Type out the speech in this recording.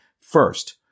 First